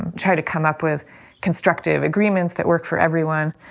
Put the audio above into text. and try to come up with constructive agreements that work for everyone.